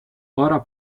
ora